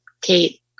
Kate